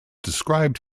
described